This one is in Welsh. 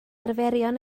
arferion